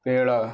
پیڑا